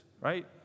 right